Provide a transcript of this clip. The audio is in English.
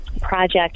Project